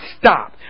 stop